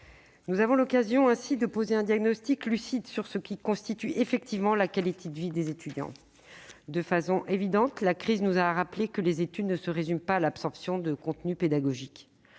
nous est ainsi donnée de poser un diagnostic lucide sur ce qui constitue la qualité de vie des étudiants. De façon évidente, la crise nous a rappelé que les études ne se résumaient pas à l'absorption de contenus pédagogiques.